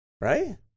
Right